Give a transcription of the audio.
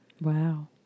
Wow